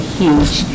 huge